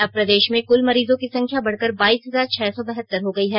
अब प्रदेश में कुल मरीजों की संख्या बढ़कर बाईस हजार छह सौ बहत्तर हो गयी है